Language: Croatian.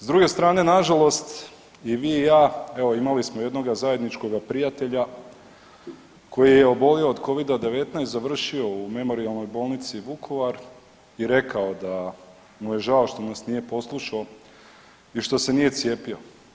S druge strane na žalost i vi i ja evo imali smo jednoga zajedničkoga prijatelja koji je obolio od covida 19, završio u memorijalnoj bolnici Vukovar i rekao da mu je žao što nas nije poslušao i što se nije cijepio.